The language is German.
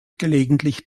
gelegentlich